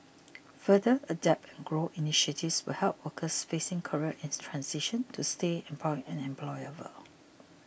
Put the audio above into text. further Adapt and Grow initiatives will help workers facing career transitions to stay employed and employable